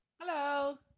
hello